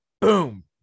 boom